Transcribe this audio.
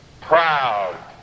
proud